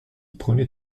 prenait